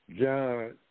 John